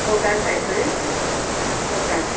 motorcycle motor